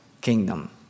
kingdom